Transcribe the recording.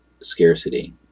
scarcity